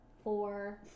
Four